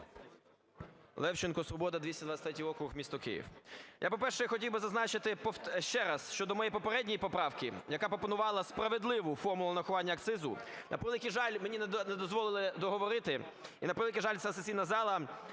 Левченко, "Свобода", 223 округ, місто Київ. Я, по-перше, хотів би зазначити ще раз щодо моєї попередньої поправки, яка пропонувала справедливу формулу нарахування акцизу. На превеликий жаль, мені не дозволили договорити, і, на превеликий жаль, ця сесійна зала,